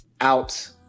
out